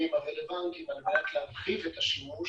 הרלוונטיים על מנת להפחית את השימוש